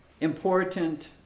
important